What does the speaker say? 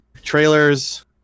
Trailers